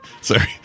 sorry